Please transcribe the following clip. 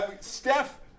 Steph